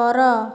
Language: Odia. କର